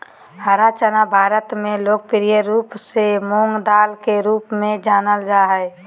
हरा चना भारत में लोकप्रिय रूप से मूंगदाल के रूप में जानल जा हइ